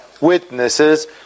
witnesses